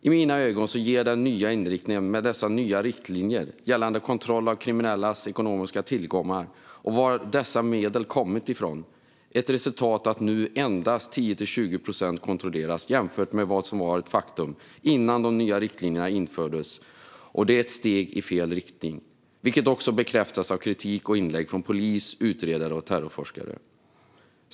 I mina ögon ger den nya inriktningen, med dessa nya riktlinjer gällande kontroll av kriminellas ekonomiska tillgångar och var dessa medel kommit ifrån, resultatet att nu endast 10-20 procent kontrolleras jämfört med hur det förhöll sig innan de nya riktlinjerna infördes. Detta är ett steg i fel riktning, vilket också bekräftas av kritik och inlägg från polis, utredare och terrorforskare.